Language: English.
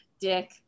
Dick